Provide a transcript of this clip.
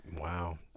Wow